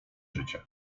życie